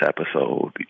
episode